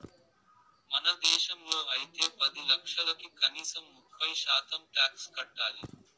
మన దేశంలో అయితే పది లక్షలకి కనీసం ముప్పై శాతం టాక్స్ కట్టాలి